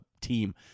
team